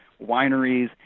wineries